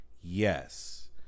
Yes